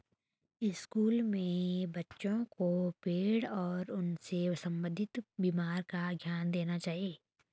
स्कूलों में बच्चों को पेड़ और उनसे संबंधित बीमारी का ज्ञान देना चाहिए